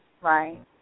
Right